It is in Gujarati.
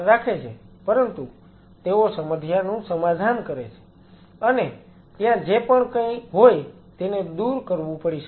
પરંતુ તેઓ સમસ્યાનું સમાધાન કરે છે અને ત્યાં જે પણ કઈ હોય તેને દૂર કરવું પડી શકે છે